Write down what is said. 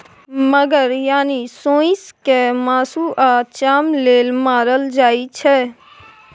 मगर यानी सोंइस केँ मासु आ चाम लेल मारल जाइ छै